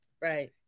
Right